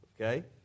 okay